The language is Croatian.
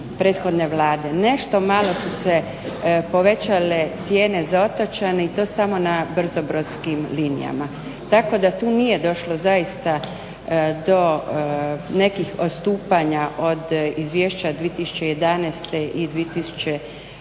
nešto malo su se povećale cijene za otočane i to samo na brzo brodskim linijama tako da tu nije došlo zaista do nekih odstupanja od izvješća od 2011.i 2012.